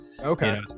okay